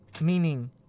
Meaning